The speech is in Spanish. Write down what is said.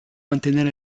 mantener